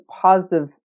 positive